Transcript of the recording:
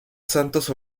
santos